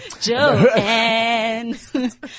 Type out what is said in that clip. joanne